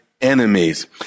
enemies